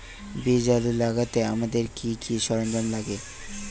বীজ আলু লাগাতে আমাদের কি কি সরঞ্জাম লাগে?